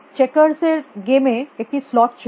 checkers checkers এর game একটি slot ছিল